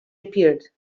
appeared